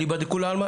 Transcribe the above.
אליבא דכולי עלמא.